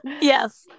Yes